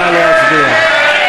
נא להצביע.